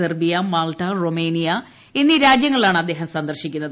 Serbia Malta Romania എന്നീ രാജ്യങ്ങളാണ് അദ്ദേഹം സന്ദർശിക്കുന്നത്